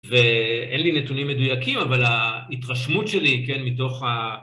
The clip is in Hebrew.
ואין לי נתונים מדויקים, אבל ההתרשמות שלי, כן, מתוך ה...